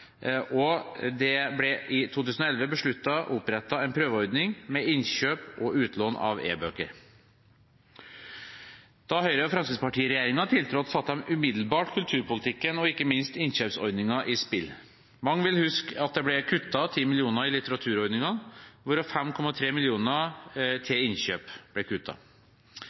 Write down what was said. Det ble i 2011 besluttet opprettet en prøveordning med innkjøp og utlån av e-bøker. Da Høyre–Fremskrittsparti-regjeringen tiltrådte, satte de umiddelbart kulturpolitikken og ikke minst innkjøpsordningen i spill. Mange vil huske at det ble kuttet 10 mill. kr i litteraturordningen, hvorav 5,3 mill. kr til innkjøp.